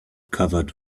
covered